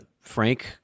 Frank